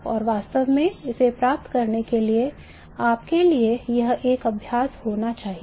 और वास्तव में इसे प्राप्त करने के लिए आपके लिए यह एक अभ्यास होना चाहिए